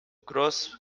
groß